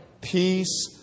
peace